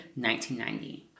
1990